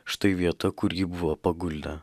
štai vieta kur jį buvo paguldę